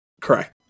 Correct